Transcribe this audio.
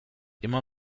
immer